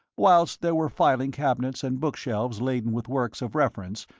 whilst there were filing cabinets and bookshelves laden with works of reference,